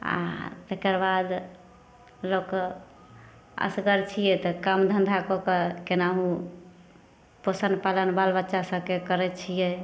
आ तकर बाद लोक असगर छियै तऽ काम धन्धा कऽ कऽ केनाहु पोसन पालन बाल बच्चा सभके करै छियै